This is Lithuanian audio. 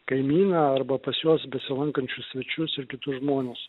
kaimyną arba pas juos besilankančius svečius ir kitus žmones